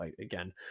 again